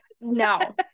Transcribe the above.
no